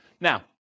Now